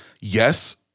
yes